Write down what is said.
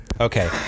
Okay